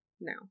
now